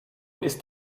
ist